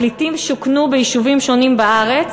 הפליטים שוכנו ביישובים שונים בארץ,